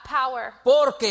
power